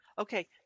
Okay